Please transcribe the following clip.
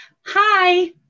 Hi